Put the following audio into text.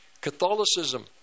Catholicism